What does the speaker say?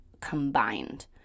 combined